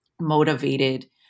motivated